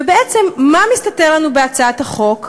ובעצם, מה מסתתר לנו בהצעת החוק?